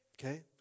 Okay